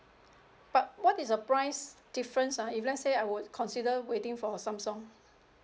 but what is the price difference ah if let's say I would consider waiting for Samsung